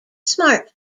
smart